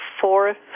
fourth